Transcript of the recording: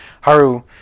Haru